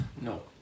No